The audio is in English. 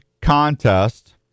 contest